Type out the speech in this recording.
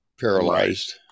paralyzed